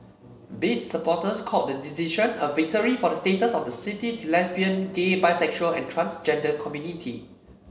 bid supporters called the decision a victory for the status of the city's lesbian gay bisexual and transgender community